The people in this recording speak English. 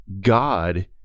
God